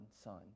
son